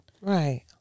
Right